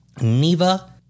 Neva